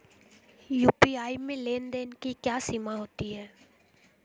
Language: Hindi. यू.पी.आई में लेन देन की क्या सीमा होती है?